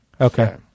Okay